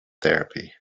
therapy